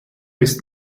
ist